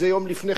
לכבישים,